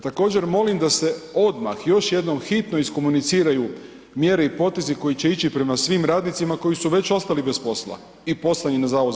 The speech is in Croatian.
Također molim da se odmah još jednom hitno iskomuniciraju mjere i potezi koji će ići prema svim radnicima koji su već ostali bez posla i poslani na HZZ.